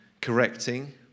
correcting